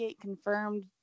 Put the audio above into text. confirmed